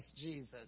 Jesus